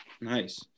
Nice